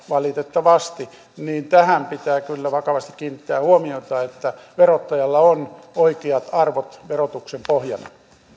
valitettavasti niin tähän pitää kyllä vakavasti kiinnittää huomiota että verottajalla on oikeat arvot verotuksen pohjana